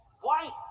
white